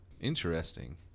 Interesting